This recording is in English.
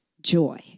joy